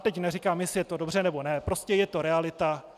Teď neříkám, jestli je to dobře, nebo ne, prostě je to realita.